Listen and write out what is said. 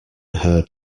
heard